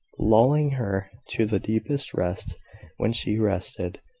lulling her to the deepest rest when she rested,